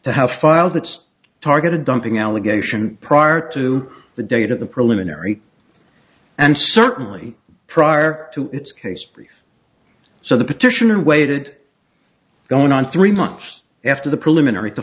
to have filed its targeted dumping allegation prior to the date of the preliminary and certainly prior to its case so the petitioner waited going on three months after the preliminary to